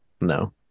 No